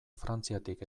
frantziatik